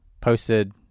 posted